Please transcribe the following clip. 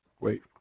Wait